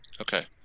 Okay